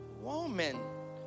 Woman